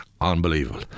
unbelievable